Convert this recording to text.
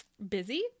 busy